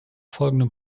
folgenden